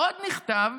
עוד נכתב,